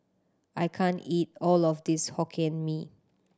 I can't eat all of this Hokkien Mee